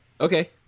Okay